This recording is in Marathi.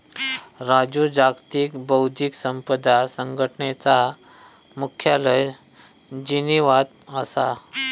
राजू जागतिक बौध्दिक संपदा संघटनेचा मुख्यालय जिनीवात असा